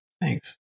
Thanks